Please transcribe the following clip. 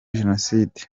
jenoside